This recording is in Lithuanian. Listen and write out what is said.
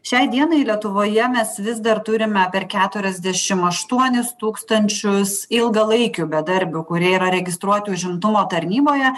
šiai dienai lietuvoje mes vis dar turime per keturiasdešim aštuonis tūkstančius ilgalaikių bedarbių kurie yra registruoti užimtumo tarnyboje